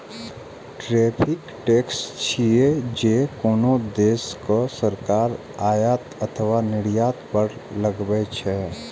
tariff tax छियै, जे कोनो देशक सरकार आयात अथवा निर्यात पर लगबै छै